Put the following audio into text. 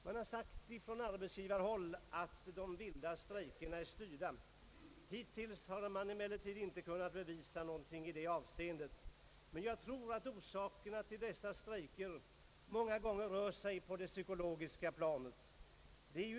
Man har sagt från arbetsgivarhåll att de vilda strejkerna är styrda. Hittills har man emellertid inte kunnat bevisa detta. Jag tror att orsakerna till dessa strejker många gånger ligger på det psykologiska planet.